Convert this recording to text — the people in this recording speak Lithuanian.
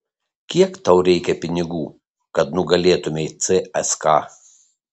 kiek tau reikia pinigų kad nugalėtumei cska